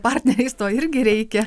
partneriais to irgi reikia